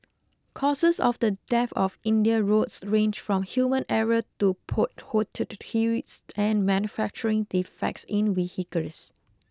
causes of the death of India's roads range from human error to potholed streets and manufacturing defects in vehicles